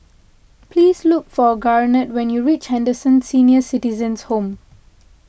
please look for Garnett when you reach Henderson Senior Citizens' Home